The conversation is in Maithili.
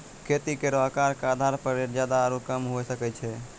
खेती केरो आकर क आधार पर रेट जादा आरु कम हुऐ सकै छै